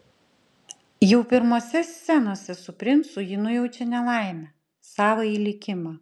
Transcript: jau pirmose scenose su princu ji nujaučia nelaimę savąjį likimą